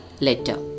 letter